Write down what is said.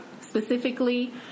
specifically